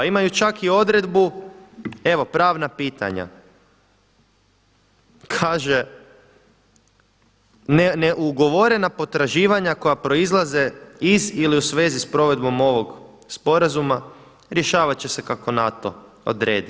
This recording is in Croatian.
Imaju čak i odredbu, evo pravna pitanja, kaže: Neugovorena potraživanja koja proizlaze iz ili u svezi s provedbom ovog sporazuma rješavat će se kako NATO odredi.